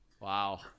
Wow